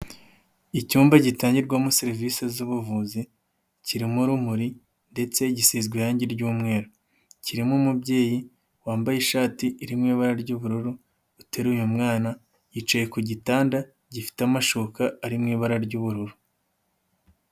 Icyumba gitangirwamo serivisi z'ubuvuzi kirimo urumuri ndetse gisizwe irangi ry',umweru kirimo umubyeyi wambaye ishati irimo ibara ry'ubururu uteruye umwana, yicaye ku gitanda gifite amashuka ari mu ibara ry'ubururu.